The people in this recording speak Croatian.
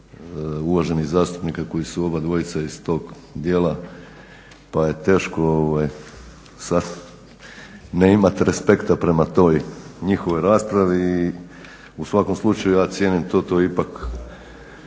uvaženih zastupnika koji su obojica iz tog dijela pa je teško sad ne imati respekta prema toj njihovoj raspravi i u svakom slučaju ja cijenim to, to je ipak